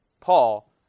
Paul